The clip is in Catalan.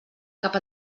cap